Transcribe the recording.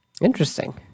Interesting